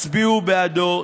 הצביעו בעדו.